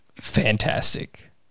fantastic